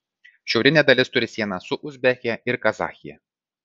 šiaurinė dalis turi sieną su uzbekija ir kazachija